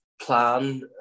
plan